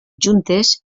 juntes